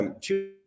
two